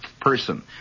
person